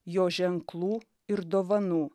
jo ženklų ir dovanų